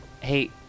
Hey